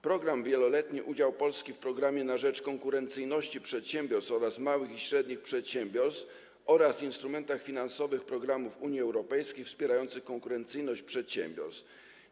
Program wieloletni „Udział Polski w programie na rzecz konkurencyjności przedsiębiorstw oraz małych i średnich przedsiębiorstw oraz w instrumentach finansowych programów Unii Europejskiej wspierających konkurencyjność przedsiębiorstw”